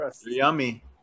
Yummy